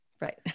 Right